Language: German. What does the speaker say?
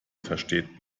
versteht